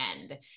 end